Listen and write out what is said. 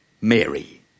Mary